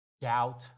Doubt